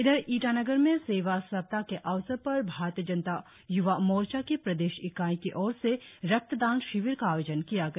इधर ईटानगर में सेवा सप्ताह के अवसर पर भारतीय जनता य्वा मोर्चा की प्रदेश इकाई की ओर से रक्तदान शिविर का आयोजन किया गया